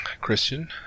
Christian